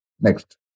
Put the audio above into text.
Next